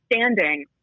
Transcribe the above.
standing